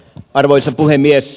arvoisa puhemies